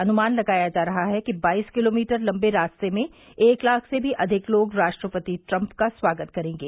अनुमान लगाया जा रहा है कि बाईस किलोमीटर लंबे रास्ते में एक लाख से भी अधिक लोग राष्ट्रपति ट्रंप का स्वागत करेंगे